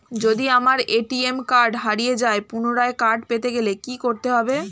যদি আমার ATM card হারিয়ে যায় পুনরায় কার্ড পেতে গেলে কি করতে হবে?